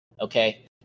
Okay